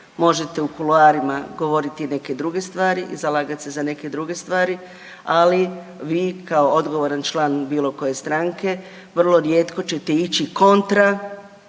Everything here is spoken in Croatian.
Možete u kuloarima govoriti neke druge stvari i zalagati se za neke druge stvari, ali vi kao odgovoran član bilo koje stranke vrlo rijetko ćete ići kontra,